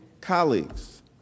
colleagues